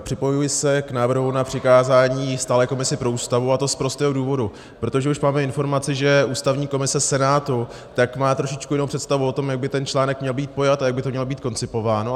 Připojuji se k návrhu na přikázání stálé komisi pro Ústavu, a to z prostého důvodu, protože už máme informaci, že ústavní komise Senátu má trošičku jinou představu o tom, jak by ten článek měl být pojat a jak by to mělo být koncipováno.